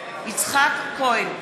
יצחק כהן,